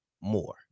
more